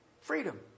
Freedom